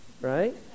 right